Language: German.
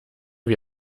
wie